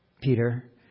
Peter